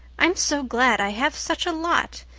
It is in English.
i'm so glad i have such a lot.